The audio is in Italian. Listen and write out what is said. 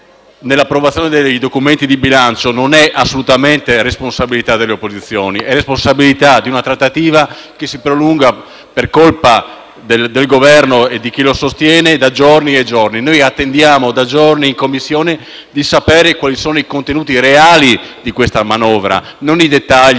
nell'approvazione dei documenti di bilancio non è assolutamente responsabilità delle opposizioni, ma di una trattativa che si prolunga per colpa del Governo e di chi lo sostiene da giorni e giorni. Attendiamo da giorni in Commissione di sapere quali sono i contenuti reali di questa manovra, non i dettagli